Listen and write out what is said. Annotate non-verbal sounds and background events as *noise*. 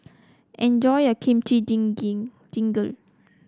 enjoy your Kimchi *unintelligible* Jjigae